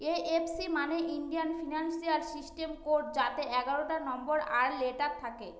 IFC মানে Indian financial system code যাতে এগারোটা নম্বর আর লেটার থাকে